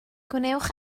gwnewch